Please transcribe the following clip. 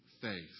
faith